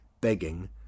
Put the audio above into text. begging